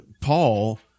Paul